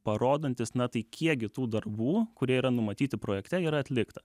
parodantis na tai kiekgi tų darbų kurie yra numatyti projekte yra atlikta